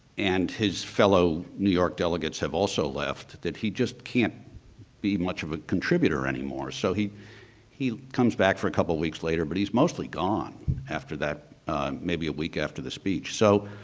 and his fellow new york delegates have also left that he just can't be much of a contributor anymore. so, he he comes back for couple weeks later but he's mostly gone after that maybe a week after the speech. so,